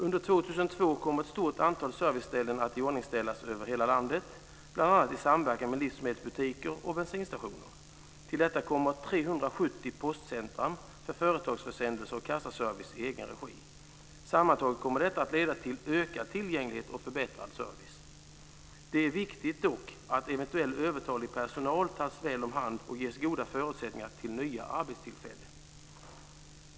Under 2002 kommer ett stort antal serviceställen att iordningställas över hela landet, bl.a. i samverkan med livsmedelsbutiker och bensinstationer. Till detta kommer 370 postcentrum för företagsförsändelser och kassaservice i egen regi. Sammantaget kommer detta att leda till ökad tillgänglighet och förbättrad service. Det är dock viktigt att eventuell övertalig personal tas väl om hand och ges goda förutsättningar till nya arbetstillfällen.